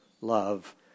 love